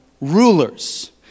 rulers